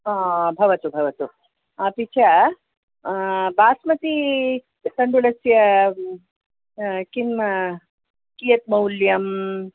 भवतु भवतु अपि च बास्मती तण्डुलस्य किं कियत् मौल्यम्